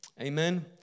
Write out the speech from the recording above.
Amen